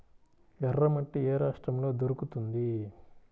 ఎర్రమట్టి ఏ రాష్ట్రంలో దొరుకుతుంది?